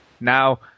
Now